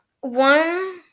One